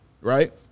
right